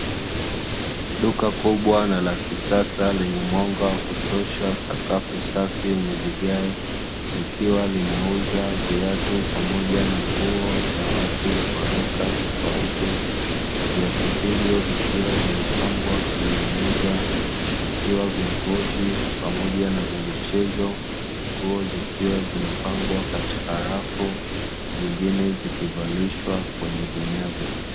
Duka kubwa na la kisasa lenye mwanga kutosha, sakafu safi yenye vigae nikiwa linauza viatu pamoja na nguo za watu wa rika tofauti. Viatu hivyo vikiwa vimepangwa juu ya meza ikiwa viongozi pamoja na vya mchezo nguo zikiwa zimepangwa katika rafu zingine zikivalishwa kwenye vinyago.